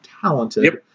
talented